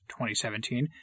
2017